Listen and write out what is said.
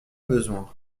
besoin